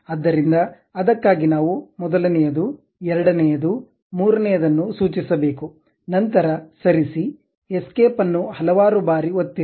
ಆದ್ದರಿಂದ ಅದಕ್ಕಾಗಿ ನಾವು ಕೇಂದ್ರ ಮೊದಲನೆಯದು ಎರಡನೆಯದು ಮೂರನೆಯದನ್ನು ಸೂಚಿಸಬೇಕು ನಂತರ ಸರಿಸಿ ಎಸ್ಕೇಪ್ ಅನ್ನು ಹಲವಾರು ಬಾರಿ ಒತ್ತಿರಿ